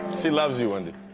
she loves you, wendy.